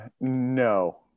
No